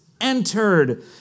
entered